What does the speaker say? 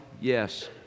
Yes